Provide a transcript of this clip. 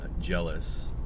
jealous